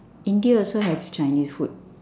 india also have chinese food